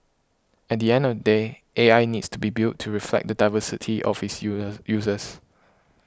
at the end of the day A I needs to be built to reflect the diversity of its users users